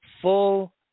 full